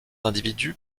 individus